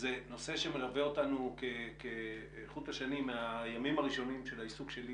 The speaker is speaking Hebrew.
וזה נושא שמלווה אותנו כחוט השני מהימים הראשונים של העיסוק שלי